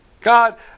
God